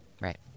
Right